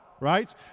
right